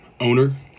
owner